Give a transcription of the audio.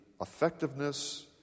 effectiveness